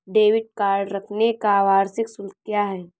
Debit card रखने का वार्षिक शुल्क क्या है?